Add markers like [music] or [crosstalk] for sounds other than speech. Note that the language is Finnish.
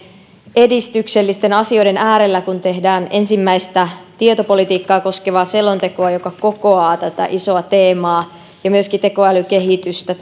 edistyksellisten asioiden äärellä kun tehdään ensimmäistä tietopolitiikkaa koskevaa selontekoa joka kokoaa tätä isoa teemaa ja myöskin tekoälykehitystä [unintelligible]